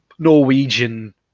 Norwegian